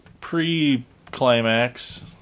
pre-climax